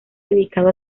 dedicado